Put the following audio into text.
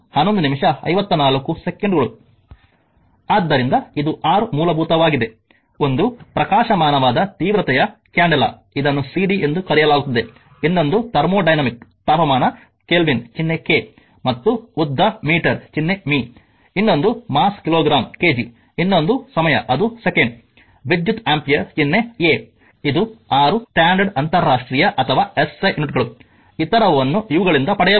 ಆದ್ದರಿಂದ ಇದು ಆರು ಮೂಲಭೂತವಾಗಿದೆ ಒಂದು ಪ್ರಕಾಶಮಾನವಾದ ತೀವ್ರತೆಯ ಕ್ಯಾಂಡೆಲಾ ಇದನ್ನು ಸಿಡಿ ಎಂದು ಕರೆಯಲಾಗುತ್ತದೆ ಇನ್ನೊಂದು ಥರ್ಮೋಡೈನಮಿಕ್ ತಾಪಮಾನ ಕೆಲ್ವಿನ್ ಚಿಹ್ನೆ ಕೆ ಮತ್ತು ಉದ್ದ ಮೀಟರ್ ಚಿಹ್ನೆ ಮೀ ಇನ್ನೊಂದು ಮಾಸ್ ಕಿಲೋಗ್ರಾಮ್ ಕೆಜಿ ಇನ್ನೊಂದು ಸಮಯ ಅದು ಸೆಕೆಂಡ್ವಿದ್ಯುತ್ ಆಂಪಿಯರ್ ಚಿನ್ನೆ ಎ ಇದು 6 ಸ್ಟ್ಯಾಂಡರ್ಡ್ ಅಂತರರಾಷ್ಟ್ರೀಯ ಅಥವಾ ಎಸ್ಐ ಯೂನಿಟ್ಗಳು ಇತರವನ್ನು ಇವುಗಳಿಂದ ಪಡೆಯಬಹುದು